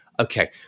okay